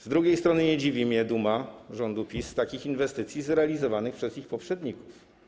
Z drugiej strony nie dziwi mnie duma rządu PiS z takich inwestycji zrealizowanych przez ich poprzedników.